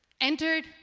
entered